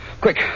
Quick